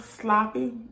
sloppy